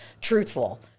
truthful